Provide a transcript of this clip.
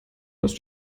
dass